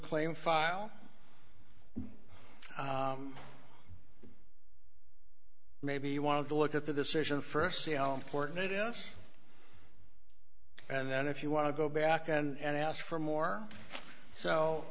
claim file maybe you want to look at the decision first see how important it is and then if you want to go back and ask for more so